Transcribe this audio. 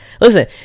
Listen